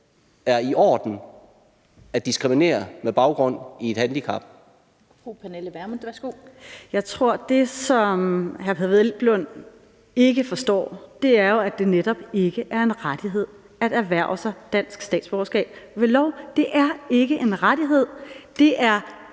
Kl. 17:23 Pernille Vermund (NB): Jeg tror, at det, som hr. Peder Hvelplund ikke forstår, er, at det jo netop ikke er en rettighed at erhverve sig dansk statsborgerskab ved lov. Det er ikke en rettighed, det er